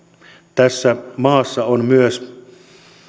tässä maassa on myös